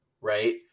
right